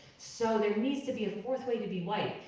so there needs to be a fourth way to be white.